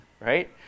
right